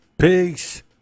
Peace